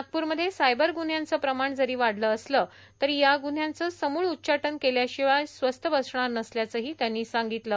नागपूरमध्ये सायबर गुन्ह्यांचं प्रमाण जरी वाढलं असलं तरी या गुव्ह्यांचं समूळ उच्चाटन केल्याशिवाय स्वस्थ बसणार नसल्याचंही त्यांनी सांगितलं